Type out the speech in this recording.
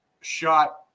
shot